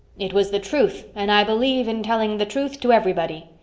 it was the truth and i believe in telling the truth to everybody.